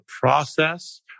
process